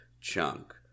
chunk